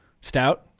stout